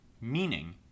Meaning